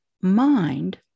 mind